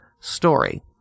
story